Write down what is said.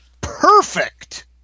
perfect